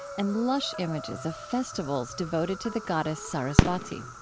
and lush images of festivals devoted to the goddess saraswati.